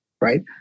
Right